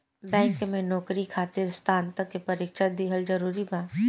Bank में नौकरी खातिर स्नातक के परीक्षा दिहल जरूरी बा?